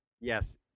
yes